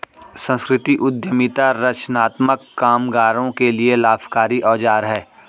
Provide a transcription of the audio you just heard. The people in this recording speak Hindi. संस्कृति उद्यमिता रचनात्मक कामगारों के लिए लाभकारी औजार है